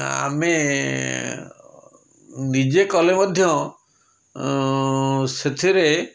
ଆମେ ନିଜେ କଲେ ମଧ୍ୟ ସେଥିରେ